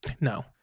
No